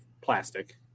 plastic